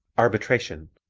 arbitration